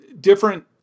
different